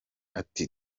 ati